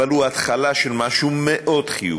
אבל הוא התחלה של משהו מאוד חיובי.